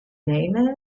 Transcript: name